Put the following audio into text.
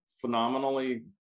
phenomenally